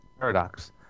paradox